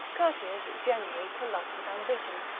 courtiers generally to lust and ambition,